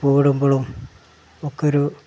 പൂവിടുമ്പോഴും ഒക്കെയൊരു